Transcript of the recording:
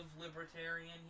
libertarian